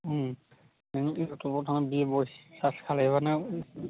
नों इउटुबआव थांनानै बि बयस सार्च खालायब्लानो